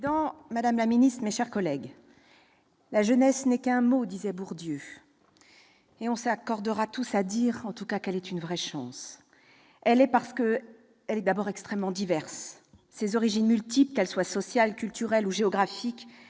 madame la ministre, mes chers collègues, « la jeunesse n'est qu'un mot », disait Bourdieu. Nous nous accorderons tous en tout cas à dire qu'elle est une chance. D'abord, parce qu'elle est extrêmement diverse : ses origines multiples, qu'elles soient sociales, culturelles ou géographiques,